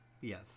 yes